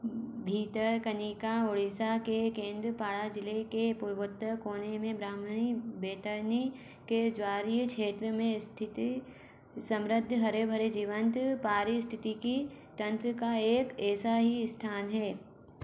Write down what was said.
भितरकनिका ओडिशा के केंद्रपाड़ा जिले के पूर्वोत्तर कोने में ब्राह्मणी बेतरनी के ज्वारीय क्षेत्र में स्थित समृद्ध हरे भरे जीवंत पारिस्थिति की तंत्र का एक ऐसा ही स्थान है